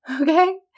Okay